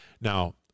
Now